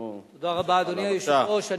תודה רבה, אדוני היושב-ראש.